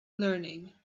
learning